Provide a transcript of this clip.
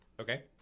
Okay